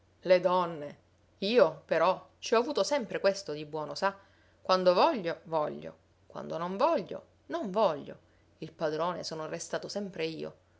le donne io però ci ho avuto sempre questo di buono sa quando voglio voglio quando non voglio non voglio il padrone sono restato sempre io